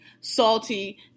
salty